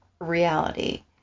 reality